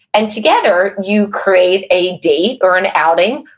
and together you create a date or an outing,